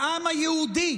לעם היהודי